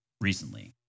recently